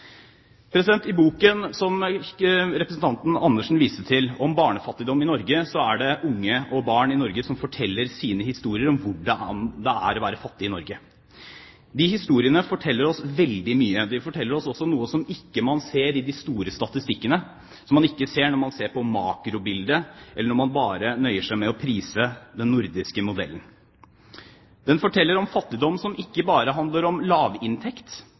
I boken som representanten Karin Andersen viste til om barnefattigdom i Norge, er det unge og barn i Norge som forteller sine historier om hvordan det er å være fattig i Norge. De historiene forteller oss veldig mye. De forteller oss også noe som man ikke ser i de store statistikkene, som man ikke ser når man ser på makrobildet, eller når man bare nøyer seg med å prise den nordiske modellen. Den forteller om fattigdom som ikke bare handler om lavinntekt.